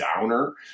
downer